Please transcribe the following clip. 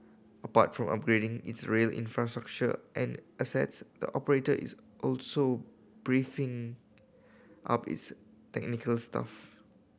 apart from upgrading its rail infrastructure and assets the operator is also up its technical staff